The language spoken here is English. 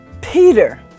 Peter